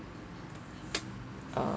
uh